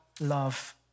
love